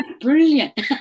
brilliant